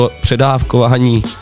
předávkování